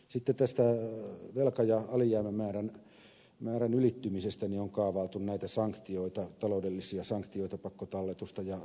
sitten tästä velka ja alijäämämäärän ylittymisestä on kaavailtu näitä taloudellisia sanktioita pakkotalletusta ja sakkomaksua